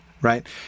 right